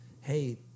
hey